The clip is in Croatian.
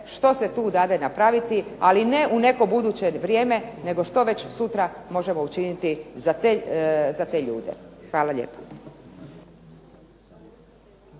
što se tu dade napraviti, ali ne u neko buduće vrijeme nego što već sutra možemo učiniti za te ljude. Hvala lijepa.